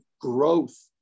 growth